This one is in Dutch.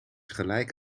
gelijk